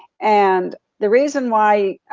and the reason why